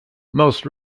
most